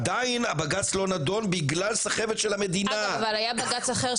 בגלל המלחמה,